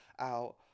out